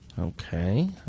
Okay